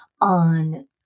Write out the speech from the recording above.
on